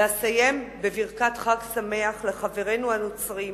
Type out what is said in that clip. אסיים בברכת חג שמח לחברינו הנוצרים,